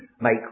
make